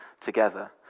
together